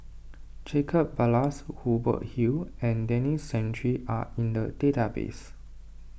Jacob Ballas Hubert Hill and Denis Santry are in the database